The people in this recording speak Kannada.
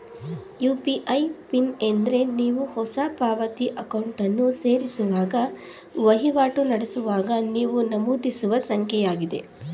ಯು.ಪಿ.ಐ ಪಿನ್ ಎಂದ್ರೆ ನೀವು ಹೊಸ ಪಾವತಿ ಅಕೌಂಟನ್ನು ಸೇರಿಸುವಾಗ ವಹಿವಾಟು ನಡೆಸುವಾಗ ನೀವು ನಮೂದಿಸುವ ಸಂಖ್ಯೆಯಾಗಿದೆ